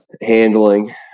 handling